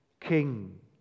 king